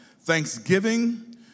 thanksgiving